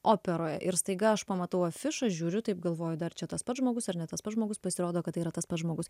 operoje ir staiga aš pamatau afišos žiūriu taip galvoju dar čia tas pats žmogus ar ne tas pats žmogus pasirodo kad tai yra tas pats žmogus